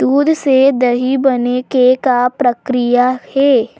दूध से दही बने के का प्रक्रिया हे?